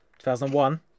2001